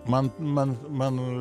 man man man